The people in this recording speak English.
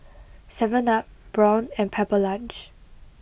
Seven Up Braun and Pepper Lunch